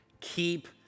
Keep